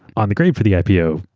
on the grade for the ipo,